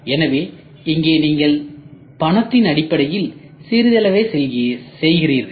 எனவே இங்கே நீங்கள் பணத்தின் அடிப்படையில் சிறிதளவே செய்கிறீர்கள்